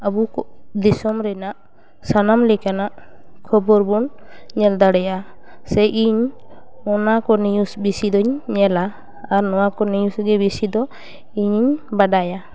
ᱟᱵᱚ ᱠᱚ ᱫᱤᱥᱚᱢ ᱨᱮᱱᱟᱜ ᱥᱟᱱᱟᱢ ᱞᱮᱠᱟᱱᱟᱜ ᱠᱷᱳᱵᱳᱨ ᱵᱚᱱ ᱧᱮᱞ ᱫᱟᱲᱮᱭᱟᱜᱼᱟ ᱥᱮ ᱤᱧ ᱚᱱᱟ ᱠᱚ ᱱᱤᱭᱩᱥ ᱵᱤᱥᱤ ᱫᱩᱧ ᱧᱮᱞᱟ ᱟᱨ ᱱᱚᱣᱟ ᱠᱚ ᱱᱤᱭᱤᱥ ᱨᱮᱜᱮ ᱵᱤᱥᱤ ᱫᱚ ᱤᱧᱤᱧ ᱵᱟᱰᱟᱭᱟ